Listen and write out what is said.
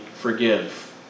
forgive